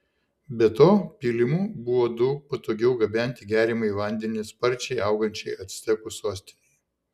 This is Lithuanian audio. be to pylimu buvo daug patogiau gabenti geriamąjį vandenį sparčiai augančiai actekų sostinei